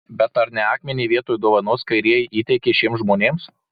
bet ar ne akmenį vietoj dovanos kairieji įteikė šiems žmonėms